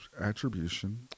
attribution